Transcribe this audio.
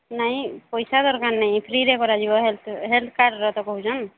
ନାଇଁ ପଇସା ଦରକାର ନାହିଁ ଫ୍ରୀ ରେ କରାଯିବ ହେଲଥ୍ କାର୍ଡ୍ କଥା କହୁଛନ୍ତି